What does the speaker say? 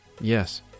Yes